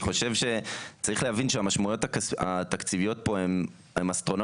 צריך להבין שהמשמעויות התקציביות פה הן אסטרונומיות